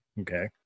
Okay